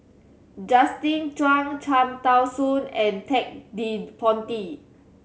Justin Zhuang Cham Tao Soon and Ted De Ponti